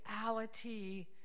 reality